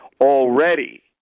already